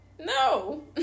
No